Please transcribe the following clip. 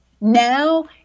now